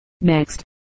Next